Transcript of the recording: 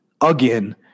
Again